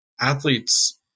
athletes